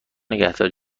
نگهداری